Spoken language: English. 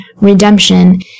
redemption